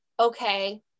okay